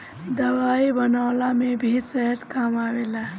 दवाई बनवला में भी शहद काम आवेला